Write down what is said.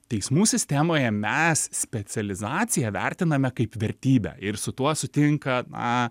teismų sistemoje mes specializaciją vertiname kaip vertybę ir su tuo sutinka na